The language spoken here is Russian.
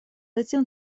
этим